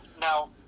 Now